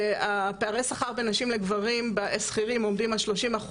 פערי השכר בין נשים לגברים שכירים עומדים על 30%,